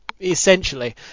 ...essentially